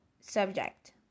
subject